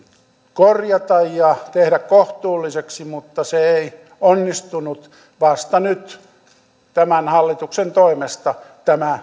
korjata ja tehdä kohtuulliseksi mutta se ei onnistunut vasta nyt tämän hallituksen toimesta tämä